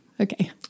okay